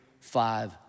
five